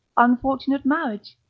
unfortunate marriage,